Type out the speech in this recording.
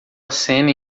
acena